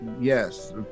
yes